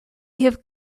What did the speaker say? have